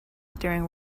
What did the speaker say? during